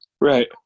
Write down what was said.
Right